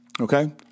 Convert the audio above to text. okay